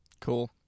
Cool